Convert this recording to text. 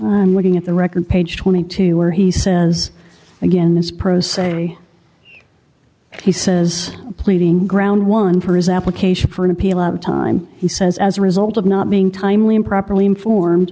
at looking at the record page twenty two where he says again this pro se he says pleading ground one for his application for an appeal of time he says as a result of not being timely and properly informed